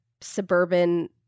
suburban